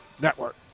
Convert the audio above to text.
Network